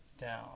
down